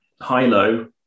high-low